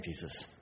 Jesus